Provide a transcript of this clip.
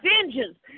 vengeance